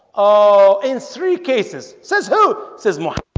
ah in three cases says who says my